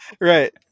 Right